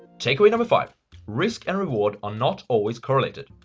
takeaway number five risk and reward are not always correlated.